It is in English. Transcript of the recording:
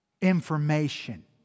information